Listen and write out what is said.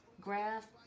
graph